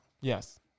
yes